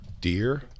Dear